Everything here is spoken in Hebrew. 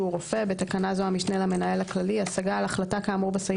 רופא (בתקנה זו המשנה למנהל הכללי) השגה על החלטה כאמור בסעיף